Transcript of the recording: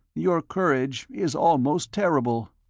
your courage is almost terrible.